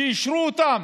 שאישרו אותם